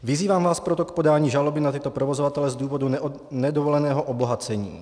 Vyzývám vás proto k podání žaloby na tyto provozovatele z důvodu nedovoleného obohacení.